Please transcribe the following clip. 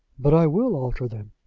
but i will alter them.